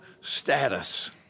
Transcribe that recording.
status